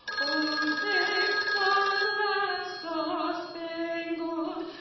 oh, say, does that star-spangled